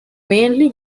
mainly